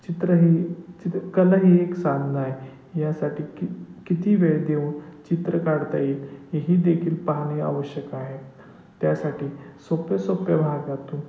चित्र हे चित्र कला ही एक साधना आहे यासाठी कि किती वेळ देऊ चित्र काढता येईल ही देखील पाहणे आवश्यक आहे त्यासाठी सोपे सोप्पे भागातून